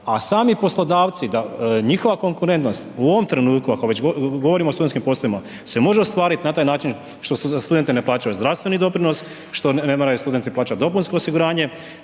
A sami poslodavci, njihova konkurentnost u ovom trenutku, ako već govorimo o studentskim poslovima, se može ostvariti na taj način što za studente ne plaćaju zdravstveni doprinos, što ne moraju studente plaćati dopunsko osiguranje